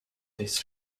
this